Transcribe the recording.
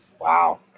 wow